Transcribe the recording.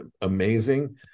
amazing